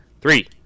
three